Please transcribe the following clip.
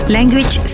Language